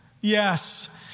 Yes